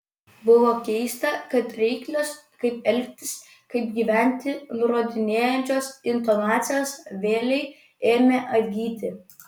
buvo keista kad reiklios kaip elgtis kaip gyventi nurodinėjančios intonacijos vėlei ėmė atgyti